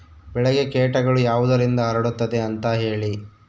ಬೆಳೆಗೆ ಕೇಟಗಳು ಯಾವುದರಿಂದ ಹರಡುತ್ತದೆ ಅಂತಾ ಹೇಳಿ?